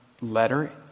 letter